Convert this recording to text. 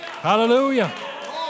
Hallelujah